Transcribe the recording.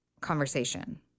conversation